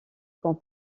quand